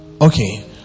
okay